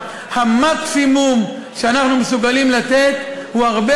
המקסימום שאנחנו מסוגלים לתת הוא הרבה